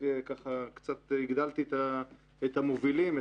קצת הגדלתי את המובילים,